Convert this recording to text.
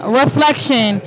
reflection